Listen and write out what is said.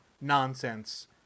nonsense